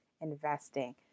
investing